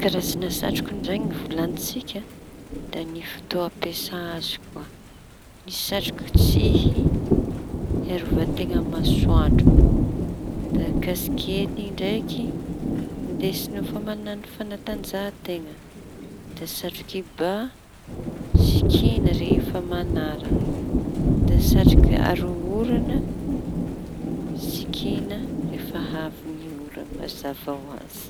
Ny karaza satroka ndraiky volañintsika da ny fotoa ampiasa azy koa. Satroky tsihy hiarovan-teña amy masoandro, da kasikety ndraiky ndesy nefa mañano fañatanjahan-teña, da satroky ba sikiña rehefa mañara, da satroky aro oraña sikiña rehefa avy oraña mazava oazy.